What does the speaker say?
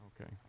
Okay